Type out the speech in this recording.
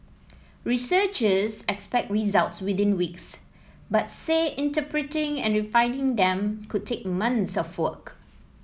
researchers expect results within weeks but say interpreting and refining them could take months of work